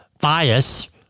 bias